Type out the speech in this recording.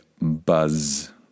buzz